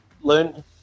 learn